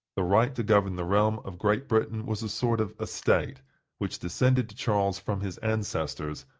the right to govern the realm of great britain was a sort of estate which descended to charles from his ancestors,